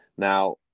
Now